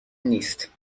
نیست